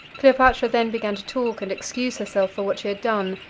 cleopatra then began to talk and excuse herself for what she had done,